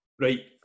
Right